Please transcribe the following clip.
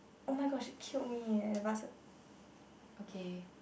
oh my gosh it killed me eh